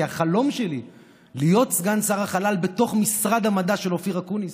כי החלום שלי להיות סגן שר החלל בתוך משרד המדע של אופיר אקוניס